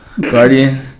guardian